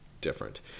different